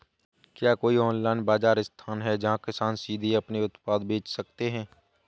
क्या कोई ऑनलाइन बाज़ार स्थान है जहाँ किसान सीधे अपने उत्पाद बेच सकते हैं?